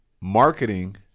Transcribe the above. Marketing